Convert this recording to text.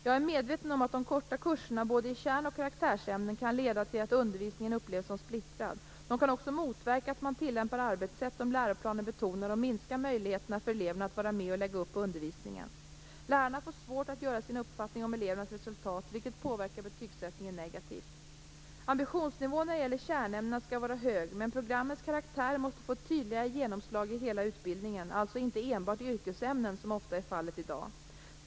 Jag är medveten om att de korta kurserna i både kärnoch karaktärsämnen kan leda till att undervisningen upplevs som splittrad. De kan också motverka att man tillämpar arbetssätt som läroplanen betonar och minskar möjligheterna för eleverna att vara med och lägga upp undervisningen. Lärarna får svårt att bilda sig en uppfattning om elevernas resultat, vilket påverkar betygsättningen negativt. Ambitionsnivån när det gäller kärnämnena skall vara hög, men programmens karaktär måste få ett tydligare genomslag i hela utbildningen, alltså inte enbart i yrkesämnen som ofta är fallet i dag.